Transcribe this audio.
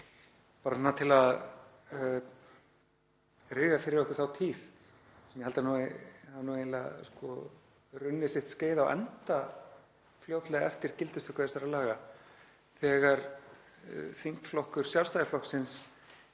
bara til að rifja upp fyrir okkur þá tíð sem ég held að hafi nú eiginlega runnið sitt skeið á enda fljótlega eftir gildistöku þessara laga þegar þingflokkur Sjálfstæðisflokksins